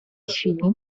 chwili